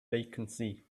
vacancy